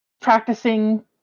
practicing